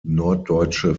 norddeutsche